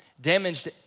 damaged